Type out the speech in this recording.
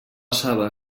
saba